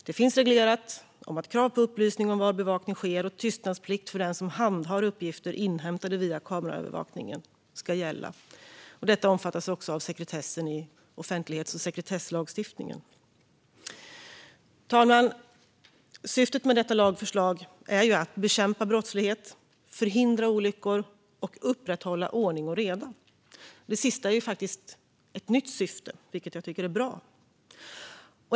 Det finns reglerat att krav på upplysning om var bevakning sker och tystnadsplikt för den som handhar uppgifter inhämtade via kameraövervakningen ska gälla. Detta omfattas även av sekretessen i offentlighets och sekretesslagstiftningen. Fru talman! Syftet med detta lagförslag är att bekämpa brottslighet, förhindra olyckor och upprätthålla ordning och reda. Det sista är faktiskt ett nytt syfte, vilket jag tycker är bra.